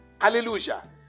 Hallelujah